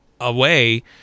away